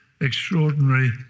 extraordinary